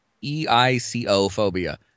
e-i-c-o-phobia